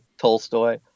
Tolstoy